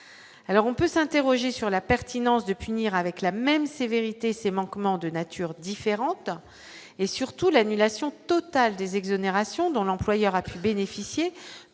on peut s'interroger sur la pertinence de punir avec la même sévérité ces manquements de nature différente et surtout l'annulation totale des exonérations dont l'employeur a pu bénéficier